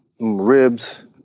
ribs